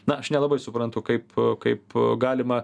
na aš nelabai suprantu kaip kaip galima